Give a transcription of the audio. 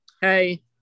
Hey